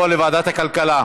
לוועדת הכלכלה נתקבלה.